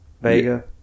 Vega